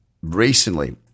recently